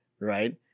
Right